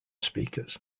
speakers